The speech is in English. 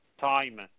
time